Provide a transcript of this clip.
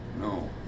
no